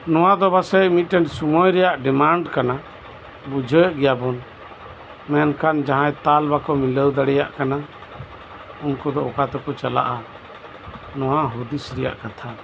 ᱱᱚᱣᱟ ᱫᱚ ᱯᱟᱥᱮᱡ ᱥᱳᱢᱚᱭ ᱨᱮᱭᱟᱜ ᱰᱤᱢᱟᱱᱴ ᱠᱟᱱᱟ ᱵᱩᱡᱷᱟᱹᱣᱭᱮᱫ ᱜᱮᱭᱟ ᱵᱚᱱ ᱢᱮᱱᱠᱷᱟᱱ ᱡᱟᱸᱦᱟᱭ ᱛᱟᱞ ᱵᱟᱠᱚ ᱢᱤᱞᱟᱹᱣ ᱫᱟᱲᱮᱭᱟᱜ ᱠᱟᱱᱟ ᱩᱱᱠᱩ ᱫᱚ ᱚᱠᱟ ᱛᱮᱠᱚ ᱪᱟᱞᱟᱜᱼᱟ ᱱᱚᱣᱟ ᱦᱩᱫᱤᱥ ᱨᱮᱭᱟᱜ ᱠᱟᱛᱷᱟ